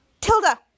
Tilda